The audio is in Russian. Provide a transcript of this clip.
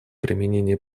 применение